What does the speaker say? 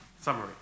Summary